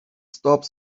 stop